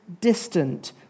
distant